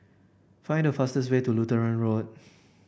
find the fastest way to Lutheran Road